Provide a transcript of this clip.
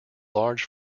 large